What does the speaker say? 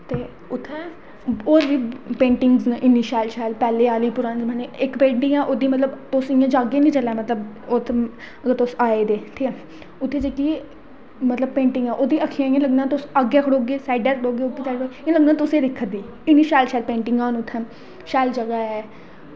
ते उत्थें होर बी पेंटिंग्स न इन्नी शैल शैल तुस इंया जाह्गे नी कुदै उत्त मतलब जेकर तुस आये दे उत्थें जेह्की ओह्दी पेंटिंग्स ऐ ओह् तुसें इंया लग्गनियां की अग्गें खड़ोगे साईड खड़ोगे इंया लगदा तुसेंगी गै दिक्खा दी इन्नी शैल शैल पेंटिंग्स न इत्थें शैल जगह ऐ